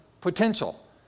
potential